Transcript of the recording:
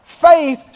Faith